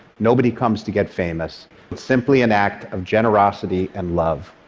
nobody comes to get famous. it's simply an act of generosity and love.